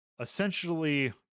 essentially